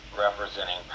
representing